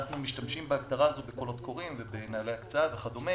אנחנו משתמשים בהגדרה הזאת בקולות קוראים ובנהלי הקצאה וכדומה.